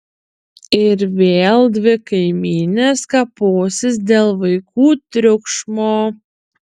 ir vėl dvi kaimynės kaposis dėl vaikų triukšmo